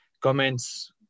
comments